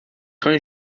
خاین